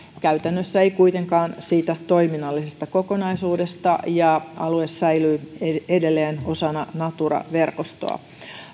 käytännössä ei kuitenkaan siitä toiminnallisesta kokonaisuudesta ja alue säilyy edelleen osana natura verkostoa